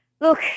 Look